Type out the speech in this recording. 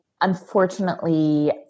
unfortunately